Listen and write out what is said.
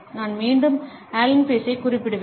நான் மீண்டும் ஆலன் பீஸைக் குறிப்பிடுவேன்